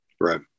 Right